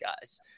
guys